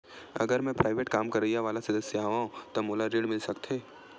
अगर मैं प्राइवेट काम करइया वाला सदस्य हावव का मोला ऋण मिल सकथे?